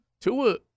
Tua